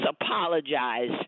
apologize